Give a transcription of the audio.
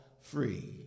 free